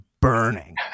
burning